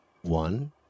One